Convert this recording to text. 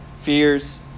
fears